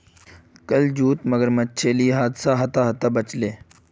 कल जूत मगरमच्छेर ली हादसा ह त ह त बच ले